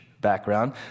background